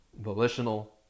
volitional